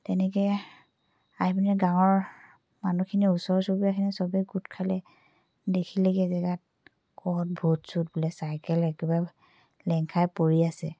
তেনেকৈ আহি পিনে গাঁৱৰ মানুহখিনি ওচৰ চুবুৰীয়াখিনি চবেই গোট খালে দেখিলেগৈ জেগাত ক'ত ভুত চুত বোলে চাইকেল একেবাৰে লেং খাই পৰি আছে